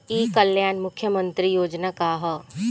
ई कल्याण मुख्य्मंत्री योजना का है?